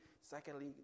secondly